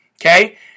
okay